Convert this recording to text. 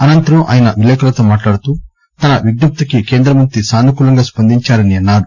అనంతరం ఆయన విలేఖరులతో మాట్లాడుతూ తన విజ్జప్తికి కేందమంతి సానుకూలంగా స్పందించారని అన్నారు